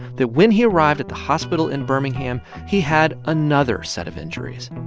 that when he arrived at the hospital in birmingham, he had another set of injuries.